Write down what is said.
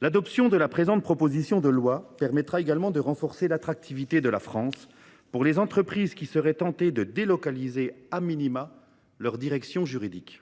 L’adoption de la présente proposition de loi permettrait également de renforcer l’attractivité de la France pour les entreprises qui seraient tentées de délocaliser, à tout le moins, leur direction juridique.